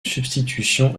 substitution